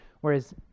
Whereas